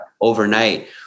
overnight